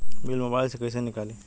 Bill mobile से कईसे निकाली?